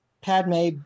padme